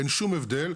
אין שום הבדל.